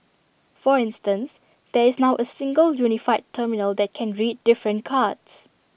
for instance there is now A single unified terminal that can read different cards